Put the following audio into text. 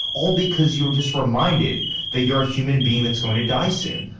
all because you're just reminded that you're a human being that's going to die soon.